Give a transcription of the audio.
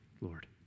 Lord